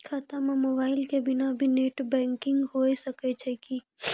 खाता म मोबाइल के बिना भी नेट बैंकिग होय सकैय छै कि नै?